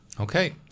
Okay